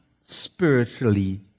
spiritually